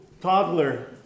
toddler